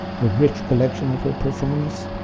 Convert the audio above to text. the rich collection of her performance,